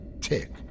tick